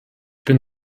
bin